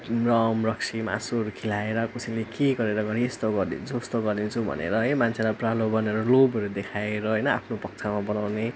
रम रक्सी मासुहरू खुवाएर कसैले के गरेर घरी यस्तो गरिदिन्छु उस्तो गरिदिन्छु भनेर है मान्छेलाई प्रलोभनहरू लोभहरू देखाएर होइन आफ्नो पक्षमा बनाउने